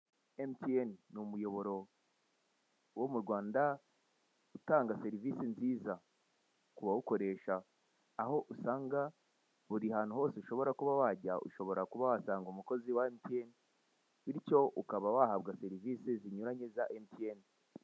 Emutiyeni ni umuyoboro wo mu Rwanda utanga serivisi nziza ku bawukoresha. Aho usanga buri hantu hose ushobora kuba wajya, ushobora kuba wahasanga umukozi wa emutiyeni bityo ukaba wahabwa serivisi zinyuranye za emutiyeni.